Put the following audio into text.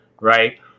right